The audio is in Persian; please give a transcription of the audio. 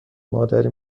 مادری